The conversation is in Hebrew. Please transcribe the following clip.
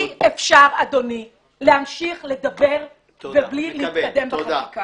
אי אפשר, אדוני, להמשיך לדבר ובלי להתקדם בחקיקה.